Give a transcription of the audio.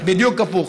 בדיוק הפוך.